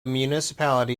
municipality